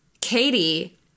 Katie